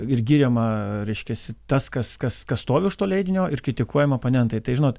ir giriama reiškiasi tas kas kas kas stovi už to leidinio ir kritikuojama oponentai tai žinot